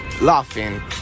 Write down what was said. laughing